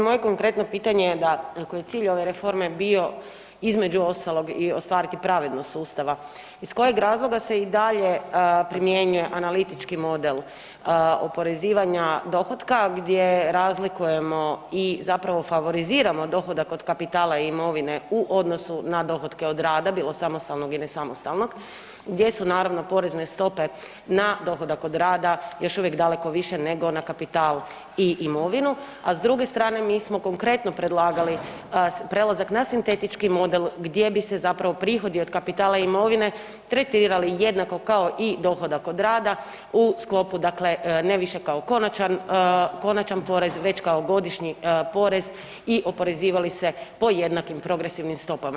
Moje konkretno pitanje je da ako je cilj ove reforme bio između ostalog i ostvariti pravednost sustava, iz kojeg razloga se i dalje primjenjuje analitički model oporezivanja dohotka gdje razlikujemo i zapravo favoriziramo dohodak od kapitala imovine u odnosu na dohotke od rada, bilo samostalnog ili nesamostalnog gdje su naravno porezne stope na dohodak od rada još uvijek daleko više nego na kapital i imovinu, a s druge strane mi smo konkretno predlagali prelazak na sintetički model gdje bi se zapravo prihodi od kapitala imovine tretirali jednako kao i dohodak od rada u sklopu dakle ne više kao konačan, konačan porez već kao godišnji porez i oporezivali se po jednakim progresivnim stopama.